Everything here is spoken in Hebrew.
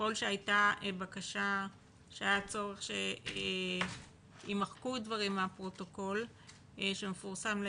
ככל שהייתה בקשה שהיה צורך שיימחקו דברים מהפרוטוקול שיפורסם לעיון,